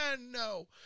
no